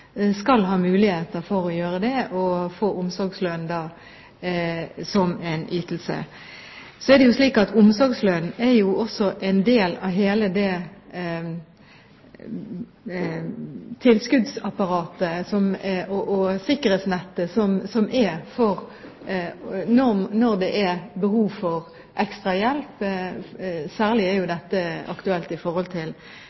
skal ha mulighet til å få omsorgslønn, som en ytelse. Omsorgslønn er en del av hele det tilskuddsapparatet og sikkerhetsnettet som er der når det er behov for ekstra hjelp. Særlig er